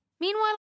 Meanwhile